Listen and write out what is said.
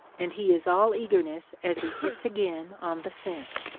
and he is all eagerness as he hits again on the scent.